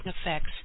effects